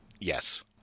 Yes